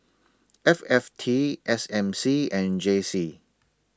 F F T S M C and J C